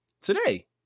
today